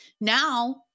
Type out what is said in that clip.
Now